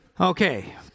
Okay